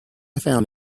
found